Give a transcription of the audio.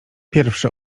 pierwszy